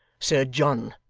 sir john,